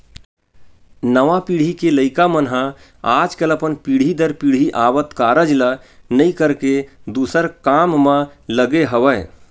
नवा पीढ़ी के लइका मन ह आजकल अपन पीढ़ी दर पीढ़ी आवत कारज ल नइ करके दूसर काम म लगे हवय